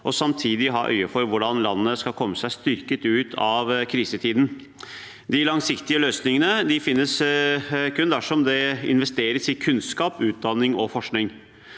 og samtidig ha øye for hvordan landet skal komme seg styrket ut av krisetiden. De langsiktige løsningene finnes kun dersom det investeres i kunnskap, utdanning og forskning.